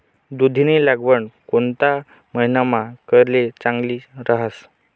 दुधीनी लागवड कोणता महिनामा करेल चांगली रहास